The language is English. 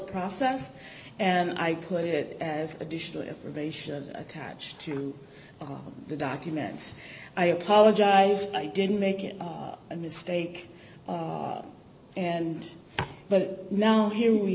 process and i put it as additional information attached to the documents i apologize if i didn't make it a mistake and but now here we